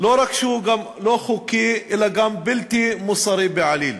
לא רק שהוא לא חוקי, אלא הוא גם בלתי מוסרי בעליל.